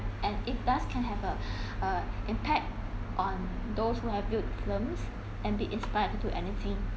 and it thus can have a uh impact those who had viewed films and be inspired to entertain